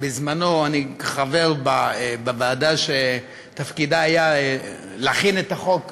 אני חבר בוועדה שתפקידה היה להכין את הצעת החוק